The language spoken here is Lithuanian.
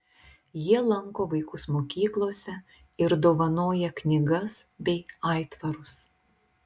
jie lanko vaikus mokyklose ir dovanoja knygas bei aitvarus